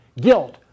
Guilt